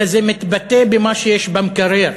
אלא זה מתבטא במה שיש במקרר,